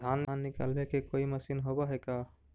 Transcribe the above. धान निकालबे के कोई मशीन होब है का?